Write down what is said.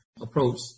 approach